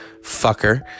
Fucker